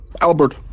Albert